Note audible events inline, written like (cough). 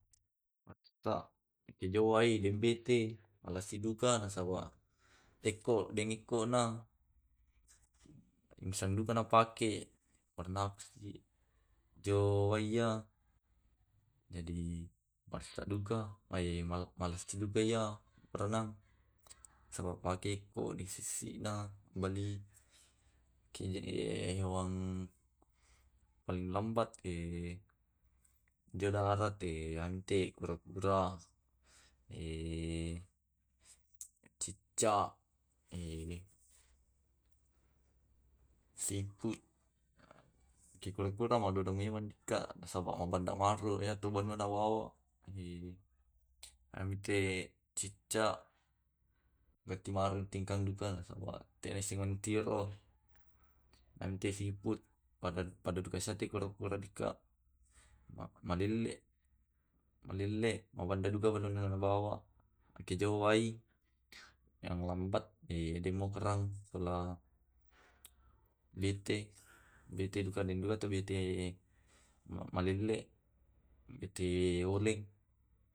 Marekssa ekejo wai den bete (noise) malessi duka (noise) nasawa teko deng ikkona, (hesitation) busanduka napake bernapas ji joi ya jadi pasaduka mae (hesitation) malessi dukai ya berenang saba pake ikko di sissina mali.. Kiye jadi e hewang paling lambat (hesitation) (hesitation) jo darat (hesitation) yante kura kura, (hesitation) cicak, (hesitation) (hesitation) siput. Ke kura kura hewanika (unintelligible) wawa. (hesitation) Yamte cicak mante marung na tingkang juga nasaba tenaissengi mantiro. Yante siput pada pada duka si kura kura malelle (noise) malelele mawande duka na bawa. Ekejo wai (hesitation) yang lambat e de mo kerang sola (hesitation) bete. bete duka den duka to bete malelle, bete walet. (hesitation)